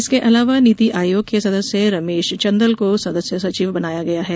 इसके अलावा नीति आयोग के सदस्य रमेश चन्दल को सदस्य सचिव बनाया गया है